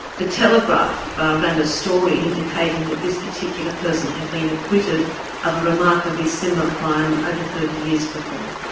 the telegraph ah ran a story indicating that this particular person had been acquitted of a remarkably similar crime over thirty years before.